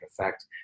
effect